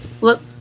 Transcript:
look